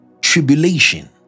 tribulation